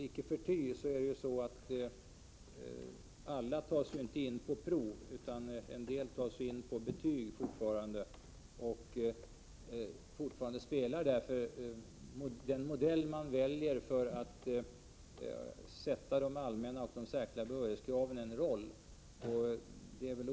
Icke förty tas inte alla in efter genomgångna prov, utan en del tas fortfarande in på betyg. Därför spelar den modell man väljer för att bestämma de allmänna och särskilda behörighetskraven fortfarande en roll.